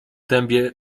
dębie